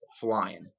flying